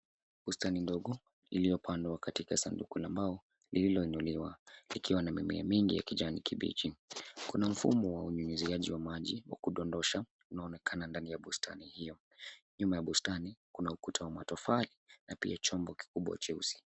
Bustani ndogo iliyopandwa katika sanduku la mbao lililoinuliwa likiwa na mimea mingi ya kijani kibichi. Kuna mfumo wa unyunyiziaji wa maji wa kudondosha unaonekana ndani ya bustani hiyo. Nyuma ya bustani kuna ukuta wa matofali na pia chombo kikubwa cheusi.